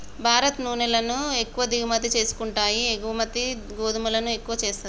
భారత్ నూనెలను ఎక్కువ దిగుమతి చేసుకుంటాయి ఎగుమతి గోధుమలను ఎక్కువ చేస్తది